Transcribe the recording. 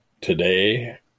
today